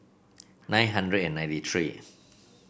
nine hundred and ninety three